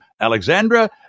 alexandra